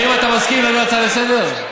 האם אתה מסכים להעביר להצעה לסדר-היום?